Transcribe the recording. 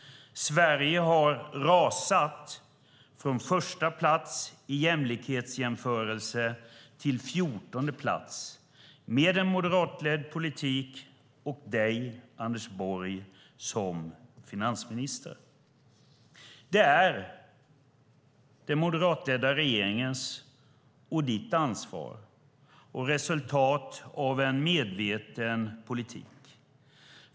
Sverige har rasat från första plats i jämlikhetsjämförelsen till 14:e plats med en moderatledd politik och med dig, Anders Borg, som finansminister. Det är den moderatledda regeringens och ditt ansvar, och det är resultatet av en medveten politik.